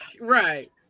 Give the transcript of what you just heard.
right